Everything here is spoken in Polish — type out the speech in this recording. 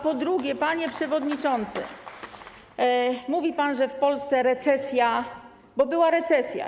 Po drugie, panie przewodniczący, mówił pan, że w Polsce recesja, bo była recesja.